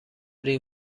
این